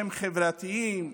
שהם חברתיים,